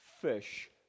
fish